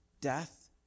death